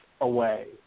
away